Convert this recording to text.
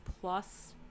plus